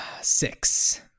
Six